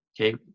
okay